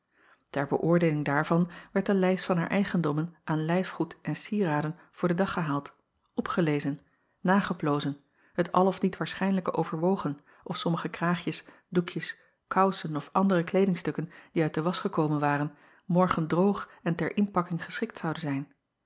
er beöordeeling daarvan werd de lijst van haar eigendommen aan lijfgoed en cieraden voor den dag gehaald opgelezen nageplozen het al of niet waarschijnlijke overwogen of sommige kraagjes doekjes kousen of andere kleedingstukken die uit de wasch gekomen waren morgen droog en ter inpakking geschikt zouden zijn